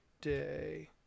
Day